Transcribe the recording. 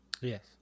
Yes